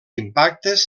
impactes